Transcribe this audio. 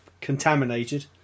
contaminated